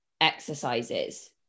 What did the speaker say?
exercises